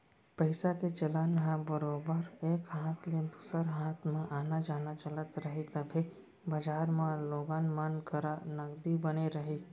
पइसा के चलन ह बरोबर एक हाथ ले दूसर हाथ म आना जाना चलत रही तभे बजार म लोगन मन करा नगदी बने रही